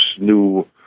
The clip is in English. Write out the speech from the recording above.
new